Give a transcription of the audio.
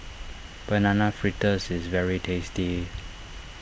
Banana Fritters is very tasty